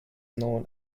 known